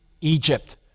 egypt